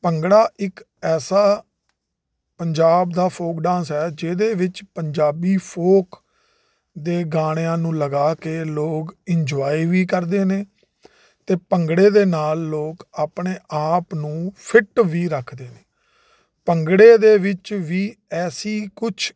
ਭੰਗੜਾ ਇੱਕ ਐਸਾ ਪੰਜਾਬ ਦਾ ਫੋਕ ਡਾਂਸ ਹੈ ਜਿਹਦੇ ਵਿੱਚ ਪੰਜਾਬੀ ਫੋਕ ਦੇ ਗਾਣਿਆਂ ਨੂੰ ਲਗਾ ਕੇ ਲੋਕ ਇੰਜੋਏ ਵੀ ਕਰਦੇ ਨੇ ਅਤੇ ਭੰਗੜੇ ਦੇ ਨਾਲ ਲੋਕ ਆਪਣੇ ਆਪ ਨੂੰ ਫਿੱਟ ਵੀ ਰੱਖਦੇ ਨੇ ਭੰਗੜੇ ਦੇ ਵਿੱਚ ਵੀ ਐਸੀ ਕੁਛ